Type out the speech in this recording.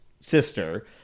sister